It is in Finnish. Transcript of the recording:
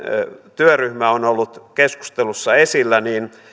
työryhmä on ollut keskustelussa esillä niin